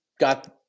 got